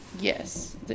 yes